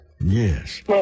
Yes